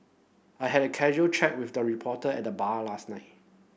I had a casual chat with the reporter at the bar last night